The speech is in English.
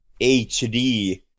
HD